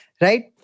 Right